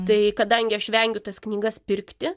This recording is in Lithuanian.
tai kadangi aš vengiu tas knygas pirkti